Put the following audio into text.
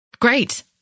Great